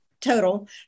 total